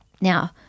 Now